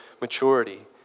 maturity